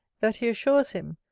that he assures him,